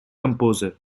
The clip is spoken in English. composer